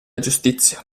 giustizia